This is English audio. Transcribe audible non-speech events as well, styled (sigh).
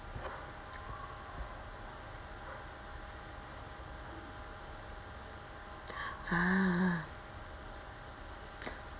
(breath) ha